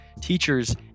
teachers